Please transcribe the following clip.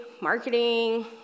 marketing